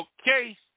Okay